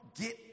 get